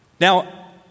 Now